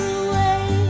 away